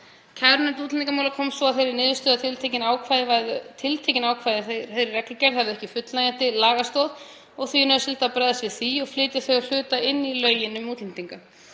Kærunefnd útlendingamála komst svo að þeirri niðurstöðu að tiltekin ákvæði í þeirri reglugerðar hefðu ekki fullnægjandi lagastoð og því er nauðsynlegt að bregðast við því og flytja þau að hluta inn í lögin um útlendinga.